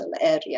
area